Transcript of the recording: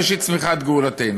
ראשית צמיחת גאולתנו.